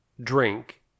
drink